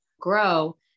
grow